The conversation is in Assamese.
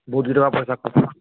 বহুতকেইটকা পইচাৰ খৰচ আছে